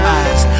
eyes